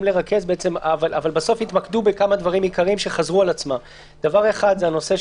אבל בסוף התמקדו בכמה דברים שחזרו על עצמם אחד,